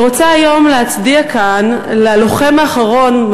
אני רוצה היום להצדיע כאן ללוחם האחרון,